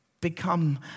become